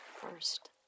first